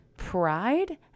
pride